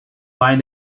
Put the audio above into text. buying